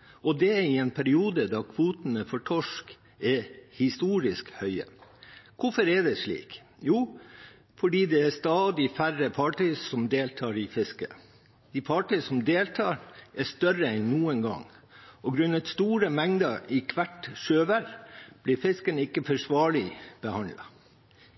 råstoff, og det i en periode da kvotene for torsk er historisk høye. Hvorfor er det slik? Jo, fordi det er stadig færre fartøy som deltar i fisket. De fartøy som deltar, er større enn noen gang, og grunnet store mengder i hvert sjøvær, blir ikke fisken forsvarlig behandlet.